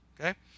Okay